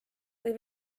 või